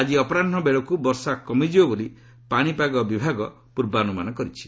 ଆକି ଅପରାହୁବେଳକୁ ବର୍ଷା କମିଯିବ ବୋଲି ପାଣିପାଗ ବିଭାଗ ପୂର୍ବାନୁମାନ କରିଛି